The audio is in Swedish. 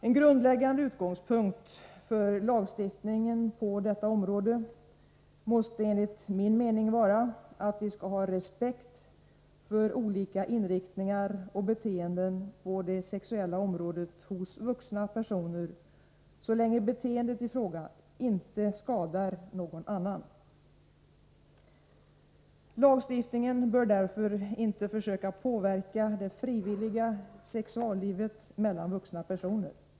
En grundläggande utgångspunkt för lagstiftningen på detta område måste enligt min mening vara att vi skall ha respekt för olika inriktningar och beteenden på det sexuella området hos vuxna personer, så länge beteendet i fråga inte skadar någon annan. Lagstiftningen bör därför inte försöka påverka det frivilliga sexuallivet mellan vuxna personer.